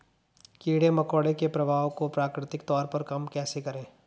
कीड़े मकोड़ों के प्रभाव को प्राकृतिक तौर पर कम कैसे करें?